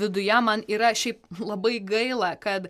viduje man yra šiaip labai gaila kad